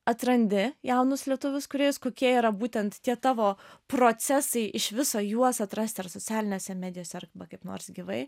atrandi jaunus lietuvius kūrėjus kokie yra būtent tie tavo procesai iš viso juos atrasti ar socialinėse medijose ar kaip nors gyvai